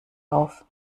auf